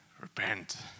repent